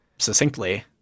Succinctly